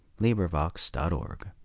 LibriVox.org